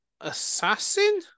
assassin